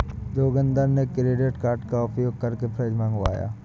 जोगिंदर ने credit card का उपयोग करके फ्रिज मंगवाया